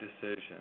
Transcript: decision